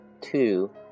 two